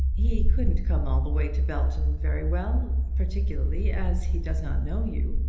he couldn't come all the way to belton very well particularly as he does not know you.